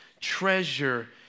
treasure